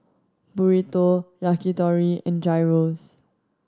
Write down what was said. Burrito Yakitori and Gyros